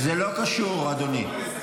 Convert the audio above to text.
זה לא קשור, אדוני.